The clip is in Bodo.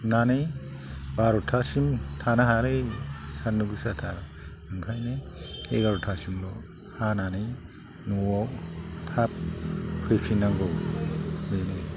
नानै बार'थासिम थानो हायालै सान्दुं गोसाथार ओंखायनो एगार' थासिमल' हानानै न'आव थाब फैफिननांगौ